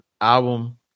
album